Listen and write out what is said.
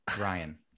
Ryan